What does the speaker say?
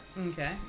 Okay